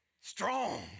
Strong